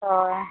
ᱦᱳᱭ